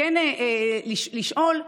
ולשאול: